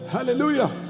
Hallelujah